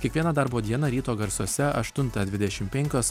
kiekvieną darbo dieną ryto garsuose aštuntą dvidešim penkios